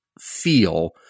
feel